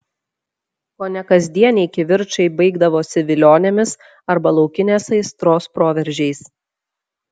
kone kasdieniai kivirčai baigdavosi vilionėmis arba laukinės aistros proveržiais